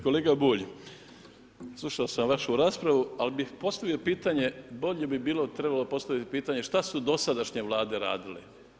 Kolega Bulj, slušao sam vašu raspravu, ali bih postavio pitanje, bolje bi trebalo postaviti pitanje šta su dosadašnje Vlade radile?